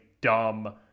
dumb